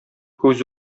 күз